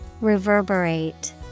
Reverberate